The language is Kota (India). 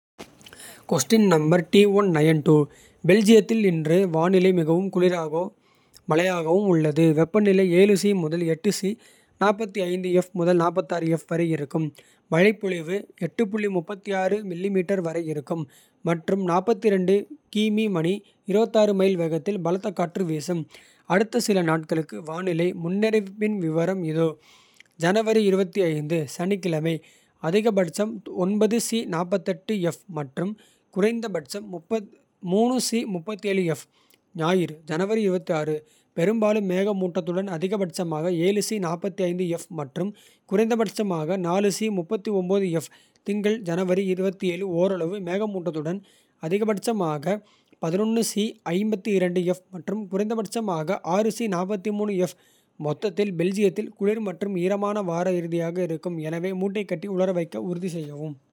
பெல்ஜியத்தில் இன்று வானிலை மிகவும் குளிராகவும் மழையாகவும். உள்ளது வெப்பநிலை முதல் முதல். வரை இருக்கும் மழைப்பொழிவு மிமீ வரை இருக்கும். மற்றும் கிமீ மணி மைல் வேகத்தில் பலத்த காற்று வீசும். அடுத்த சில நாட்களுக்கு வானிலை முன்னறிவிப்பின் விவரம் இதோ. ஜனவரி சனிக்கிழமை அதிகபட்சமாக. மற்றும் குறைந்தபட்சம் ஞாயிறு ஜனவரி. பெரும்பாலும் மேகமூட்டத்துடன் அதிகபட்சமாக. மற்றும் குறைந்தபட்சமாக திங்கள் ஜனவரி. ஓரளவு மேகமூட்டத்துடன் அதிகபட்சமாக மற்றும். குறைந்தபட்சமாக மொத்தத்தில். பெல்ஜியத்தில் குளிர் மற்றும் ஈரமான வார இறுதியாக இருக்கும். எனவே மூட்டை கட்டி உலர வைக்க உறுதி செய்யவும்.